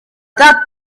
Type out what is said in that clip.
that